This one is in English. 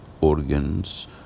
organs